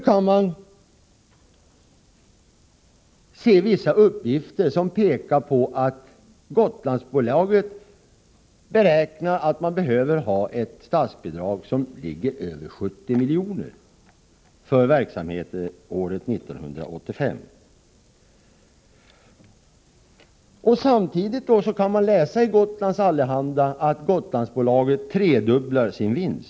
Onsdagen den Vissa uppgifter pekar nu på att Gotlandsbolaget anser sig behöva ett 10 april 1985 statsbidrag på över 70 milj.kr. för verksamhetsåret 1985. Samtidigt kan man läsa i Gotlands Allehanda att Gotlandsbolaget tredubblar sin vinst.